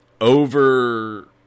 over